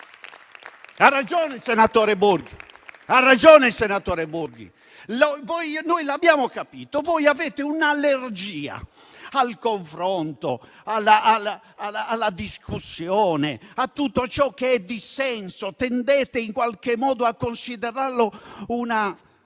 Ha ragione il senatore Borghi. Ormai l'abbiamo capito: voi avete un'allergia al confronto, alla discussione, a tutto ciò che è dissenso e tendete in qualche modo a considerarlo una